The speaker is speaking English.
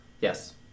Yes